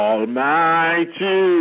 Almighty